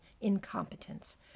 incompetence